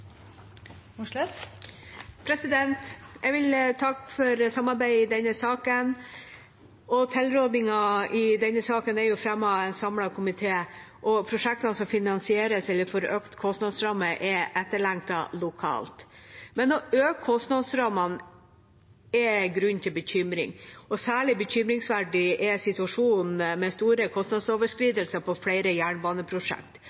av en samlet komité, og prosjektene som finansieres innenfor økt kostnadsramme, er etterlengtet lokalt. Men å øke kostnadsrammene gir grunn til bekymring. Særlig bekymringsverdig er situasjonen med store